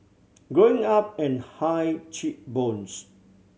growing up and high cheek bones